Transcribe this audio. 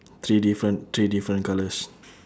three different three different colours